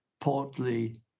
portly